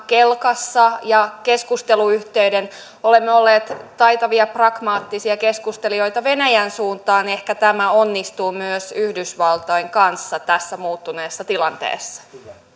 kelkassa ja keskusteluyhteyden olemme olleet taitavia ja pragmaattisia keskustelijoita venäjän suuntaan ehkä tämä onnistuu myös yhdysvaltojen kanssa tässä muuttuneessa tilanteessa